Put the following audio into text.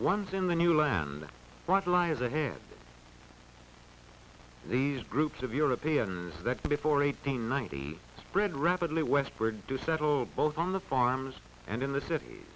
ones in the new land what lies ahead these groups of europeans that before eighteen ninety spread rapidly westberg do settle both on the farms and in the cit